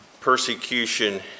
persecution